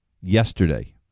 yesterday